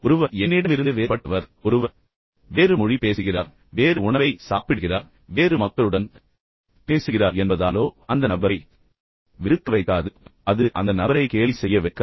யாரோ ஒருவர் என்னிடமிருந்து வேறுபட்டவர் என்பதாலோ யாரோ ஒருவர் வேறு மொழி பேசுகிறார் வேறு வகையான உணவை சாப்பிடுகிறார் வெவ்வேறு வகையான மக்களுடன் பேசுகிறார் என்பதாலோ அது அந்த நபரை வெறுக்க வைக்காது அது அந்த நபரை கேலி செய்ய வைக்காது